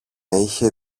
είχε